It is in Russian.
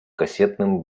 кассетным